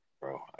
Bro